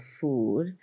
food